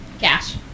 Cash